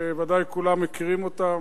שוודאי כולם מכירים אותה,